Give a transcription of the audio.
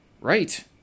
right